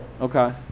Okay